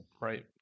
right